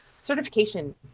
certification